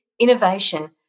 innovation